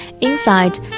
Inside